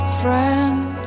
friend